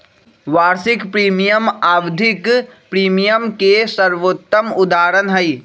वार्षिक प्रीमियम आवधिक प्रीमियम के सर्वोत्तम उदहारण हई